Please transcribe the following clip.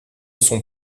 son